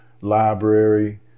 Library